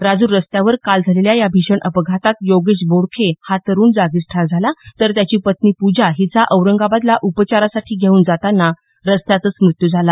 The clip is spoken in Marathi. राजूर रस्त्यावर काल झालेल्या या भीषण अपघातात योगेश बोडखे हा तरुण जागीच ठार झाला तर त्याची पत्नी पूजा हिचा औरंगाबादला उपचारासाठी घेवून जाताना रस्त्यातच मृत्यू झाला